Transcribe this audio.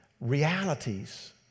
Realities